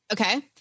Okay